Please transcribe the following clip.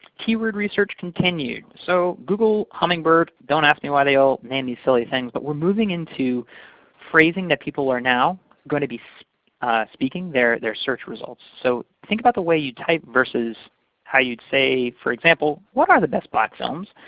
keyword research continued. so google, hummingbird don't ask me why they all name these silly things. but we're moving into phrasing that people are now going to be so speaking their their search results. so think about the way you type versus how you'd say, for example, what are the best black films?